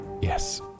Yes